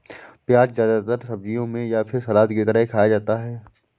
प्याज़ ज्यादातर सब्जियों में या फिर सलाद की तरह खाया जाता है